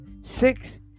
six